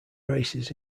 races